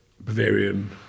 Bavarian